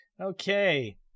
Okay